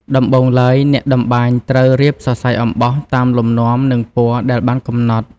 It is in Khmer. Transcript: ដំបូងឡើយ អ្នកតម្បាញត្រូវ រៀបសរសៃអំបោះ តាមលំនាំនិងពណ៌ដែលបានកំណត់។